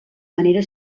manera